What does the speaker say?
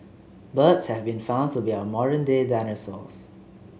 birds have been found to be our modern day dinosaurs